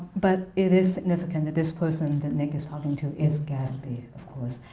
but it is significant that this person that nick is talking to is gatsby, of course,